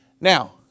Now